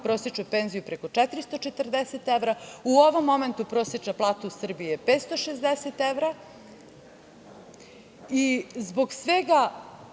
prosečnu penziju preko 440 evra. U ovom momentu prosečna plata u Srbiji je 560 evra